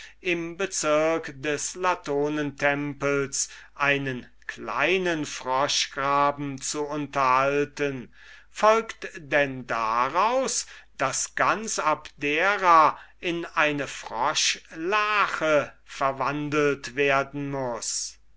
im bezirk des latonentempels einen kleinen froschgraben zu unterhalten folgt denn daraus daß ganz abdera in eine froschlache verwandelt werden muß